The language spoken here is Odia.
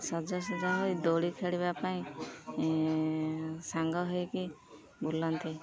ସଜସୁଜା ହୋଇ ଦୋଳି ଖେଳିବା ପାଇଁ ସାଙ୍ଗ ହେଇକି ବୁଲନ୍ତି